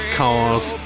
cars